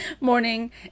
morning